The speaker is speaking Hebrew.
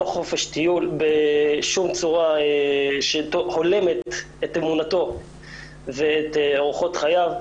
לא חופש טיול בשום צורה שהולמת את אמונתו ואת אורחות חייו,